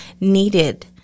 needed